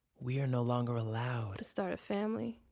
we are no longer allowed. to start a family.